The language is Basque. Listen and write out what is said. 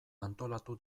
antolatu